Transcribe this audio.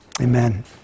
amen